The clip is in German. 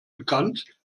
bekannt